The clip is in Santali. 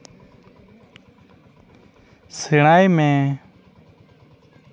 ᱥᱮᱬᱟᱭ ᱢᱮ